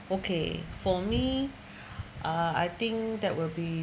okay for me ah I think that will be